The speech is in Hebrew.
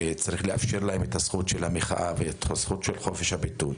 את זכות המחאה ואת הזכות של חופש הביטוי,